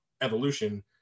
evolution